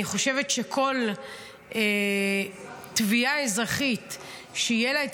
אני חושבת שכל תביעה אזרחית שיהיה לה את